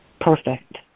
Perfect